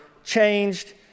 changed